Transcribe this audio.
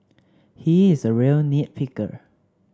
he is a real nit picker